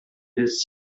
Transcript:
his